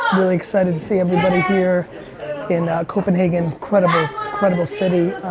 really excited to see everybody here in copenhagen. incredible, incredible city,